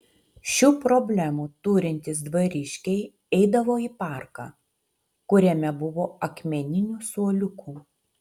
šių problemų turintys dvariškiai eidavo į parką kuriame buvo akmeninių suoliukų